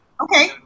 okay